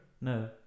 No